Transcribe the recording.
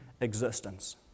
existence